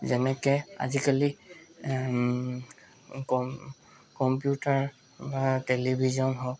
যেনেকৈ আজিকালি কম্পিউটাৰ বা টেলিভিশ্যন হওঁক